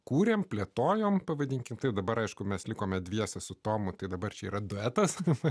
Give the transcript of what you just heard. kūrėme plėtojome pavadinkime tai dabar aišku mes likome dviese su tomu tai dabar čia yra duetas fifa